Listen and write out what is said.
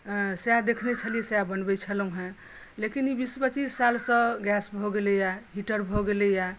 सएह देखने छलियै आ सएह बनबैत छलहुँ हेँ लेकिन ई बीस पच्चीस सालसँ गैस भऽ गेलैए हीटर भऽ गेलैए